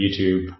YouTube